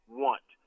want